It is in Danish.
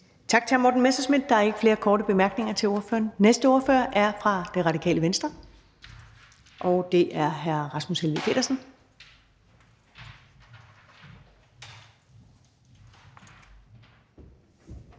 Tak til hr. Morten Messerschmidt. Der er ikke flere korte bemærkninger til ordføreren. Næste ordfører er fra Det Radikale Venstre, og det er hr. Rasmus Helveg Petersen.